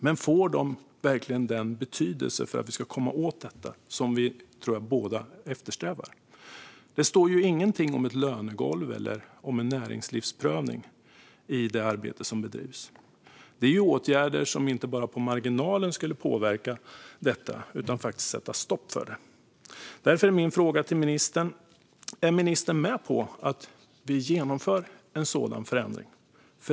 Men får de verkligen betydelse för att komma åt detta, vilket jag tror att vi båda eftersträvar? Ministern säger inget om ett lönegolv eller en näringsprövning i det arbete som bedrivs. Det är åtgärder som inte bara skulle påverka detta på marginalen utan faktiskt sätta stopp för det. Är ministern med på att vi genomför en sådan förändring?